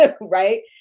right